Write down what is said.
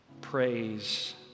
praise